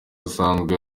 asanzwe